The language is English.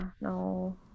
no